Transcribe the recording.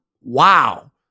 wow